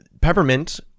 peppermint